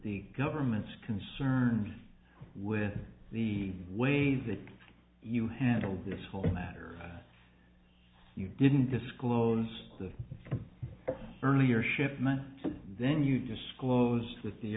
the government's concerned with the way that you handled this whole matter that you didn't disclose the earlier shipment and then you disclosed that the